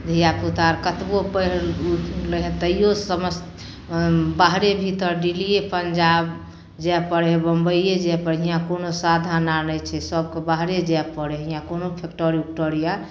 धिआपुता आर कतबो पढ़ि लिखि लै हइ तैओ बाहरे भीतर दिल्लिए पंजाब जाइ पड़ै हइ बमबइए जाइ पड़ै हइ इहाँ कोनो साधन आओर नहि छै सभके बाहरे जाइ पड़ै हइ इहाँ कोनो फैकटरी उकटरी आर